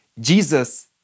Jesus